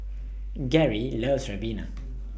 Gerri loves Ribena